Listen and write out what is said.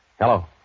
Hello